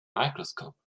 microscope